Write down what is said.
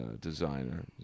designer